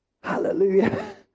Hallelujah